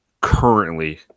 currently